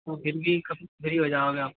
तो फिर भी कभी फ्री हो जाओगे आप